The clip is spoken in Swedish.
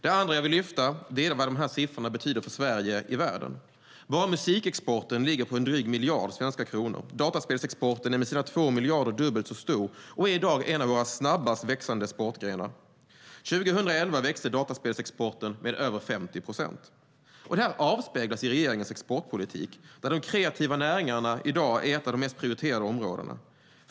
Det andra jag vill lyfta fram är vad de här siffrorna betyder för Sverige i världen. Bara musikexporten ligger på drygt 1 miljard svenska kronor. Dataspelsexporten är med sina 2 miljarder dubbelt så stor och är i dag en av våra snabbast växande exportgrenar. År 2011 växte dataspelsexporten med över 50 procent. Detta avspeglas i regeringens exportpolitik, där de kreativa näringarna i dag är ett av de mest prioriterade områdena.